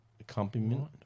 accompaniment